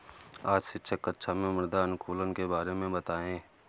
आज शिक्षक कक्षा में मृदा अनुकूलक के बारे में बताएं